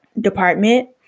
department